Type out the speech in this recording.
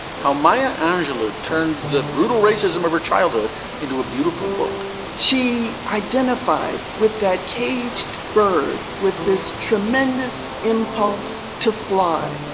how maya angelou turned the brutal racism of her childhood into a beautiful book she identified with that caged bird with this tremendous impulse to fly,